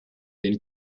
den